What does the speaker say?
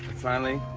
finally,